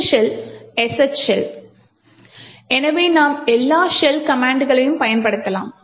இந்த shell "sh" shell எனவே நாம் எல்லா ஷெல் கமாண்ட்களையும் பயன்படுத்தலாம்